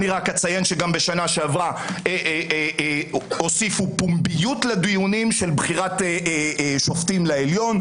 אציין שגם בשנה שעברה הוסיפו פומביות לדיונים של בחירת שופטים לעליון.